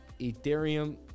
Ethereum